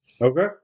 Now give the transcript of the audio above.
Okay